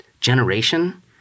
generation